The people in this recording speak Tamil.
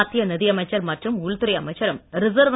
மத்திய நிதியமைச்சர் மற்றும் உள்துறை அமைச்சரும் ரிசர்வ்